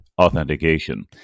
authentication